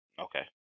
Okay